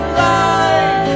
life